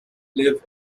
live